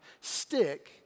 Stick